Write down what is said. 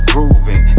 Grooving